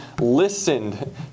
listened